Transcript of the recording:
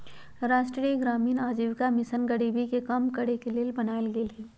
राष्ट्रीय ग्रामीण आजीविका मिशन गरीबी के कम करेके के लेल बनाएल गेल हइ